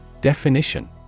Definition